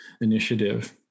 initiative